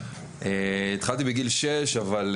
את התחלת לפניי רומי,